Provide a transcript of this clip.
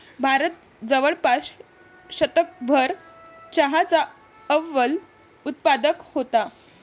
भारत जवळपास शतकभर चहाचा अव्वल उत्पादक होता